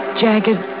jagged